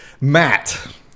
Matt